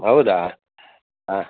ಹೌದಾ ಹಾಂ